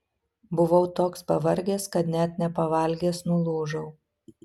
buvau toks pavargęs kad net nepavalgęs nulūžau